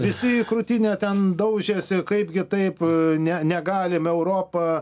visi į krūtinę ten daužėsi kaipgi taip ne negalim europa